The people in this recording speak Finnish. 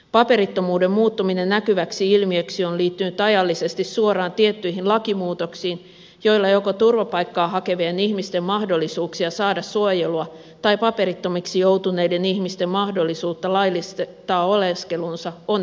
paperittomuuden muuttuminen näkyväksi ilmiöksi on liittynyt ajallisesti suoraan tiettyihin lakimuutoksiin joilla joko turvapaikkaa hakevien ihmisten mahdollisuuksia saada suojelua tai paperittomaksi joutuneiden ihmisten mahdollisuutta laillistaa oleskelunsa on heikennetty